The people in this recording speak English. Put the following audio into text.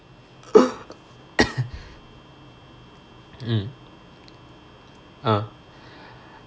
mm ah